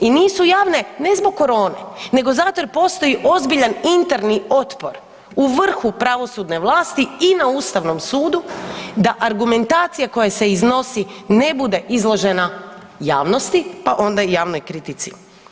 I nisu javne ne zbog korone, nego zato jer postoji interni otpor u vrhu pravosudne vlasti i na Ustavnom sudu da argumentacija koja se iznosi ne bude izložena javnosti, pa onda i javnoj kritici.